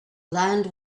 land